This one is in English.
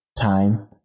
time